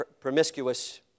promiscuous